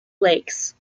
lakes